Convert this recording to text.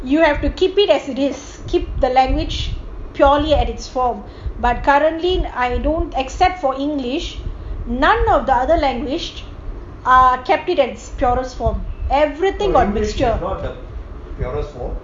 you have to keep it as it is keep the language purely at its form but currently I don't accept for english none of the other language are kept it in its purest form everything got mixture